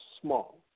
small